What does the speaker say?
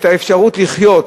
את האפשרות לחיות.